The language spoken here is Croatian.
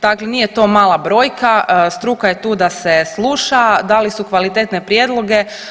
Dakle, nije to mala brojka, struka je tu da se sluša dali su kvalitetne prijedloge.